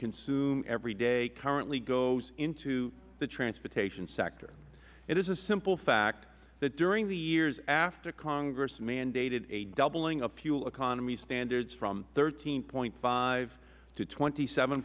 consume every day currently goes into the transportation sector it is a simple fact that during the years after congress mandated a doubling of fuel economy standards from thirteen point five to twenty